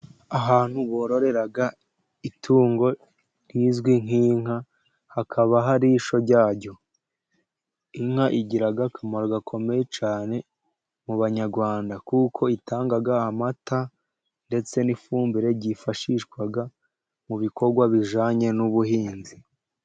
Ahantu bororera itungo rizwi nk'inka hakaba hari ishyo ryazo. Inka igira akamaro gakomeye cyane mu banyarwanda kuko itanga amata ndetse n'ifumbire, ryifashishwa mu bikorwa bijyanye n'ubuhinzi.